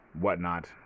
whatnot